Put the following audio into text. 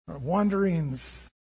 wanderings